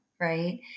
right